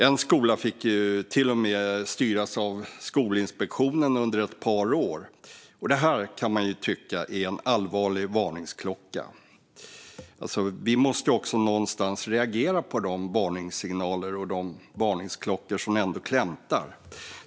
En skola fick till och med styras av Skolinspektionen under ett par år, och det är en allvarlig varningsklocka. Vi måste någonstans reagera på de varningsklockor som ändå klämtar.